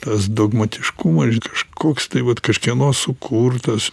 tas dogmatiškumas kažkoks tai vat kažkieno sukurtas